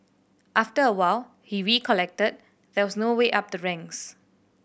after a while he recollected there was no way up the ranks